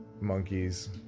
monkeys